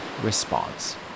response